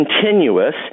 continuous